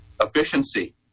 Efficiency